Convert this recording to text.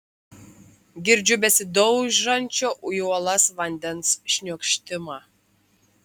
girdžiu besidaužančio į uolas vandens šniokštimą